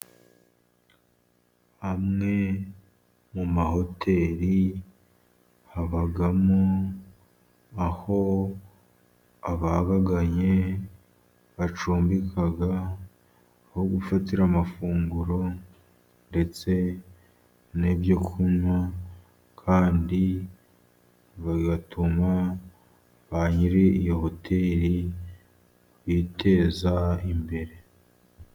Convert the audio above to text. Amwe mu mahoteli habamo, aho ababagannye bacumbika, aho gufatira amafunguro ,ndetse n'ibyo kunywa, kandi bigatuma ba nyiri iyo hoteli biteza imbere.